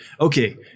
okay